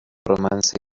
romance